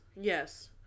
Yes